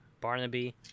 Barnaby